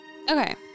Okay